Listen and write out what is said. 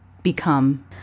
become